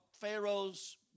Pharaoh's